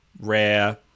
rare